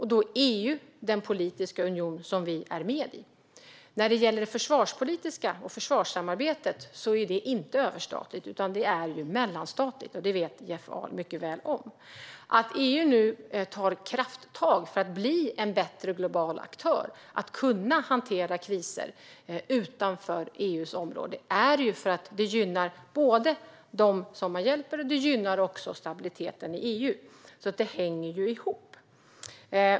EU är den politiska union som vi är med i. När det gäller det försvarspolitiska och försvarssamarbetet är det inte överstatligt, utan det är mellanstatligt. Det vet Jeff Ahl mycket väl. Att EU nu tar krafttag för att bli en bättre global aktör och kunna hantera kriser utanför EU:s område är för att det gynnar både dem som man hjälper och också stabiliteten i EU. Det hänger ihop.